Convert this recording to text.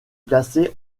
placé